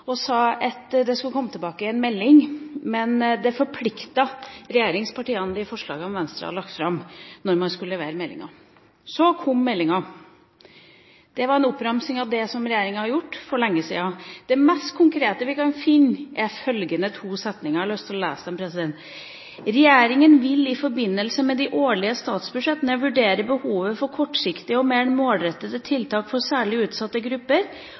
og sa at det skulle komme en melding, men forslagene som Venstre hadde lagt fram, forpliktet regjeringspartiene når man skulle levere meldinga. Så kom meldinga. Det var en oppramsing av det som regjeringa hadde gjort for lenge siden. Det mest konkrete vi kan finne, er følgende to setninger: «Regjeringen vil i forbindelse med de årlige statsbudsjettene vurdere behovet for kortsiktige og mer målrettede tiltak overfor særlig utsatte grupper.»